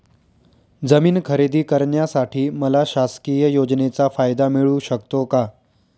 जमीन खरेदी करण्यासाठी मला शासकीय योजनेचा फायदा मिळू शकतो का?